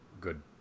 good